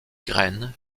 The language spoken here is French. graines